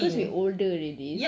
he's still eighteen